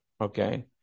okay